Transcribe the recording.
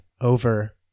over